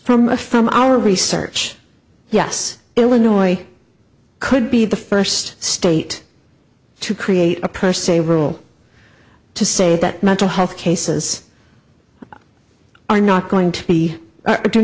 from a from our research yes illinois could be the first state to create a purse a rule to say that mental health cases are not going to be a do